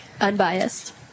Unbiased